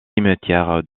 cimetière